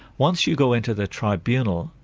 once you go into the tribunal,